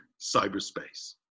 cyberspace